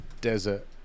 desert